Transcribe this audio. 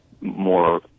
more